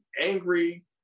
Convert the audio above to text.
angry